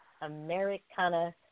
Americana